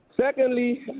Secondly